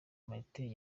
martin